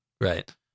right